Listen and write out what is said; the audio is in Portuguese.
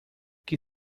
que